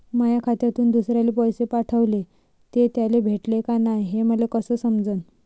माया खात्यातून दुसऱ्याले पैसे पाठवले, ते त्याले भेटले का नाय हे मले कस समजन?